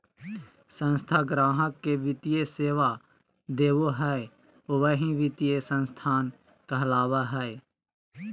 संस्था गाहक़ के वित्तीय सेवा देबो हय वही वित्तीय संस्थान कहलावय हय